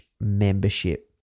membership